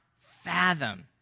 fathom